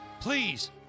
Please